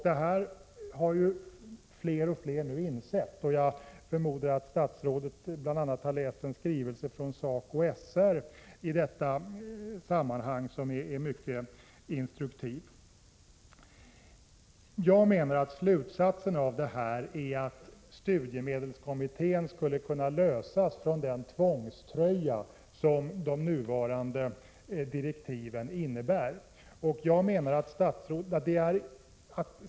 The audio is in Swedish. Det har ju fler och fler insett. Jag förmodar att statsrådet bl.a. läst en skrivelse från SACO/SR i detta sammanhang som är mycket instruktiv. Slutsatsen av detta är att studiemedelskommittén skulle kunna frias från den tvångströja de nuvarande direktiven innebär.